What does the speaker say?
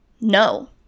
No